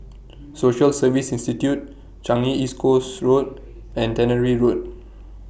Social Service Institute Changi Coast Road and Tannery Road